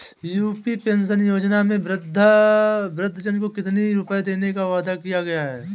UP pension योजना में वृद्धजन को कितनी रूपये देने का वादा किया गया है?